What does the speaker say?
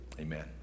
Amen